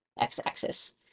x-axis